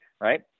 right